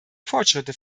fortschritte